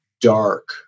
dark